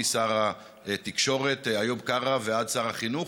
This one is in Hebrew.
משר התקשורת איוב קרא ועד שר החינוך,